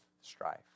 strife